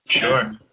Sure